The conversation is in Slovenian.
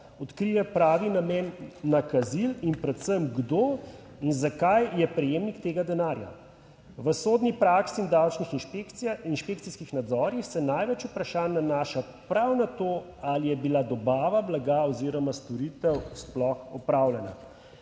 odkrije pravi namen nakazil in predvsem kdo in zakaj je prejemnik tega denarja. V sodni praksi in davčnih inšpekcijah, inšpekcijskih nadzorih se največ vprašanj nanaša prav na to ali je bila dobava blaga oziroma storitev sploh opravljena.